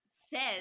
says